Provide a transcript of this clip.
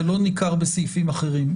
זה לא ניכר בסעיפים אחרים.